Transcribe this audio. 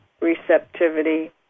receptivity